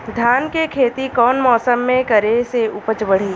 धान के खेती कौन मौसम में करे से उपज बढ़ी?